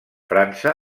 frança